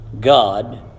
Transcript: God